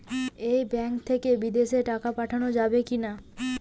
এই ব্যাঙ্ক থেকে বিদেশে টাকা পাঠানো যাবে কিনা?